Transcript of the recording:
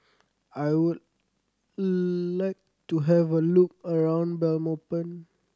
I would like to have a look around Belmopan